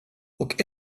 och